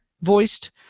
voiced